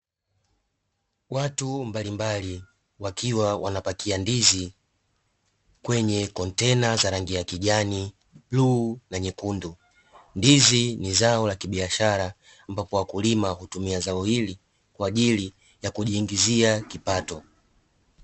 Watu mbalimbali wakiwa wanapakia ndizi kwenye kontena za rangi ya kijani, bluu na nyekundu, ndizi ni zao la biashara ambapo wakulima hutumia zao hili kwa ajili ya kujiingizia kipato.